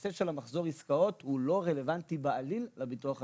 הנושא של מחזור העסקאות הוא בעליל לא רלוונטי לביטוח הלאומי.